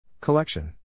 Collection